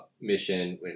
mission